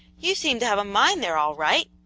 you seem to have a mine there, all right!